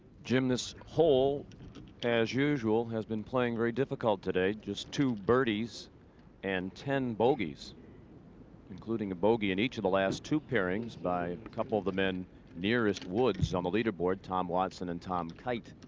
jim, this hole as usual, has been playing very difficult today. just two birdies and ten bogeys including a bogey in each of the last two pairings by a couple of the men nearest woods on the leader board. tom watson and tom kite